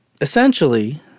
essentially